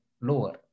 lower